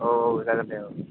औ औ जागोन दे औ